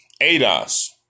ADOS